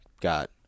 got